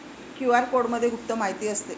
QR कोडमध्ये गुप्त माहिती असते